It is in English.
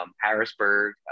Harrisburg